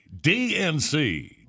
dnc